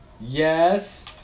yes